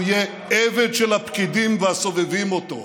הוא יהיה עבד של הפקידים והסובבים אותו.